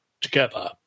together